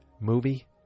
movie